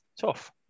tough